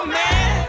man